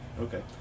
Okay